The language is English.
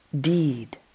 deed